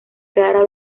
clara